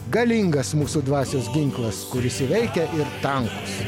galingas mūsų dvasios ginklas kuris įveikia ir tankus